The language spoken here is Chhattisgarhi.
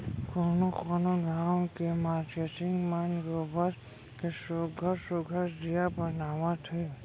कोनो कोनो गाँव के मारकेटिंग मन गोबर के सुग्घर सुघ्घर दीया बनावत हे